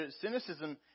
Cynicism